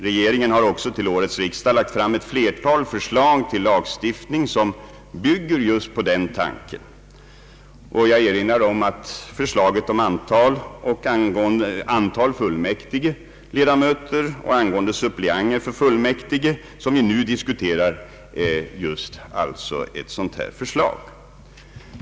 Regeringen har också till årets riksdag lagt fram ett flertal förslag till lagstiftning som bygger just på den tanken, och jag erinrar om att det förslag om antal fullmäktigeledamöter och angående suppleanter för fullmäktige som vi nu diskuterar är ett sådant förslag.